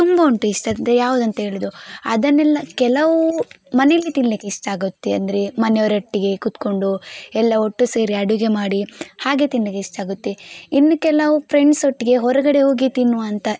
ತುಂಬ ಉಂಟು ಇಷ್ಟ ಅಂದರೆ ಯಾವುದಂತ ಹೇಳುವುದು ಅದನ್ನೆಲ್ಲ ಕೆಲವು ಮನೆಯಲ್ಲಿ ತಿನ್ನಲಿಕ್ಕೆ ಇಷ್ಟ ಆಗುತ್ತೆ ಅಂದರೆ ಮನೆಯವರೊಟ್ಟಿಗೆ ಕುತ್ಕೊಂಡು ಎಲ್ಲ ಒಟ್ಟು ಸೇರಿ ಅಡುಗೆ ಮಾಡಿ ಹಾಗೆ ತಿನ್ನಲಿಕ್ಕೆ ಇಷ್ಟ ಆಗುತ್ತೆ ಇನ್ನು ಕೆಲವು ಫ್ರೆಂಡ್ಸ್ ಒಟ್ಟಿಗೆ ಹೊರಗಡೆ ಹೋಗಿ ತಿನ್ನುವ ಅಂತ